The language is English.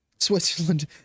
Switzerland